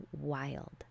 wild